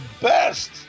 best